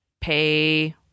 pay